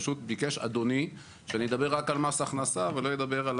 פשוט ביקש אדוני שאני אדבר רק על מס הכנסה ולא אדבר על